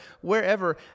wherever